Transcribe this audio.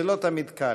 זה לא תמיד קל.